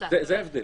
זה ההבדל.